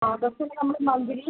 ഓട്ടോസാണേലും നമ്മള് മന്തിലി